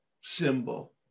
symbol